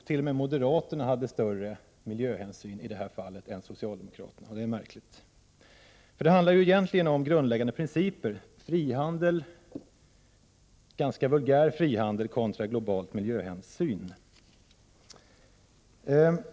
T.o.m. moderaterna tog större miljöhänsyn i det här fallet än socialdemokraterna. Det är märkligt. Det handlar ju egentligen om grundläggande principer — frihandel, ganska vulgär frihandel, kontra global miljöhänsyn.